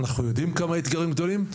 אנחנו יודעים עד כמה האתגרים הם גדולים,